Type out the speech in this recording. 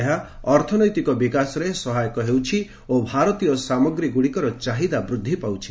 ଏହା ଅର୍ଥନୈତିକ ବିକାଶରେ ସହାୟକ ହେଉଛି ଓ ଭାରତୀୟ ସାମଗ୍ରୀ ଗୁଡ଼ିକର ଚାହିଦା ବୃଦ୍ଧି ପାଉଛି